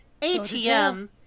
ATM